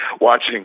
Watching